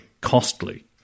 costly